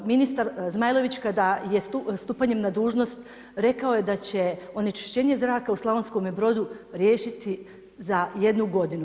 Ministar Zmajlović kada je stupanjem na dužnost, rekao je da će onečišćenje zraka u Slavonskome Brodu riješiti za jednu godinu.